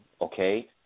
Okay